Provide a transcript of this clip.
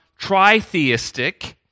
tritheistic